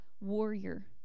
warrior